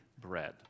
bread